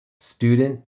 student